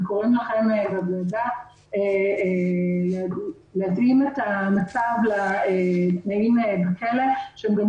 וקוראים לוועדה להתאים את המצב לתנאים בכלא שממילא הם גם